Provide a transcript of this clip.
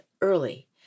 early